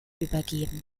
übergeben